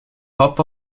top